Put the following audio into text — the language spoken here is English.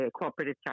cooperative